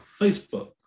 facebook